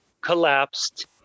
collapsed